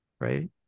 right